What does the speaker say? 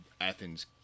Athens